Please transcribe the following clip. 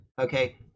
okay